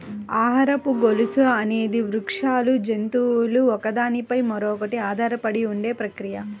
ఆహారపు గొలుసు అనేది వృక్షాలు, జంతువులు ఒకదాని పై మరొకటి ఆధారపడి ఉండే ప్రక్రియ